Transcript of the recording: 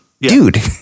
dude